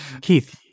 Keith